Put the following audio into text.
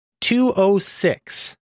206